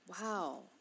wow